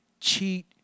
cheat